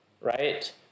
Right